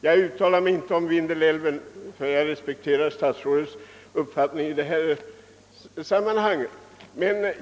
Jag skall inte gå in på frågan om Vindelälven eftersom jag på denna punkt respekterar herr statsrådets uppfattning.